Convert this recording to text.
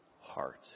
heart